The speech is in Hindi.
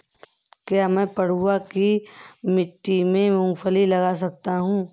क्या मैं पडुआ की मिट्टी में मूँगफली लगा सकता हूँ?